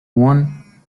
one